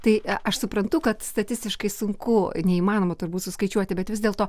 tai aš suprantu kad statistiškai sunku neįmanoma turbūt suskaičiuoti bet vis dėlto